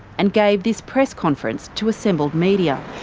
and gave this press conference to assembled media.